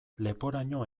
leporaino